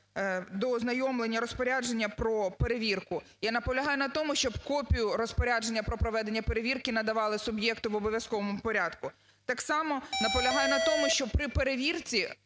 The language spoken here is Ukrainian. до ознайомлення розпорядження про перевірку. Я наполягаю на тому, щоби копію розпорядження про проведення перевірки надавали суб'єкту в обов'язковому порядку. Так само наполягаю на тому, щоб при перевірці,